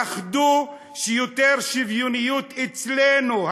פחדו שיותר שוויוניות אצלנו,